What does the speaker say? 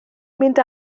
mynd